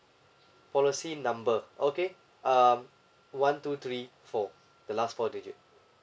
policy number okay um one two three four the last four digit